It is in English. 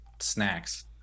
snacks